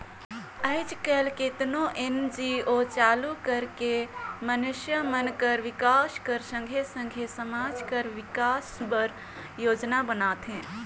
आएज काएल केतनो एन.जी.ओ चालू कइर के मइनसे मन कर बिकास कर संघे संघे समाज कर बिकास बर योजना बनाथे